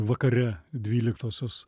vakare dvyliktosios